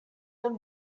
can